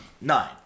nine